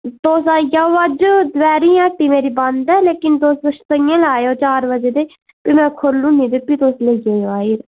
तुस आई जाओ अज्ज दपैह्री हट्टी मेरी बंद ऐ लेकिन तुस सं'ञै लै आएओ चार बजे ते भी में खौह्ल्ली ओड़नी ते भी तुस लेई जाएओ